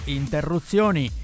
interruzioni